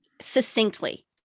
succinctly